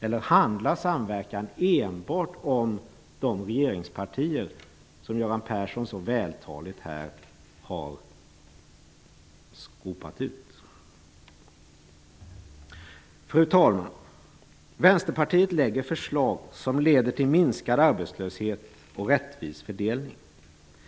eller handlar samverkan enbart om de regeringspartier som Göran Persson så vältaligt här har skopat ut? Fru talman! Vänsterpartiet lägger fram förslag som leder till minskad arbetslöshet och rättvis fördelning.